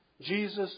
Jesus